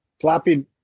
floppy